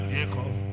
Jacob